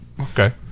Okay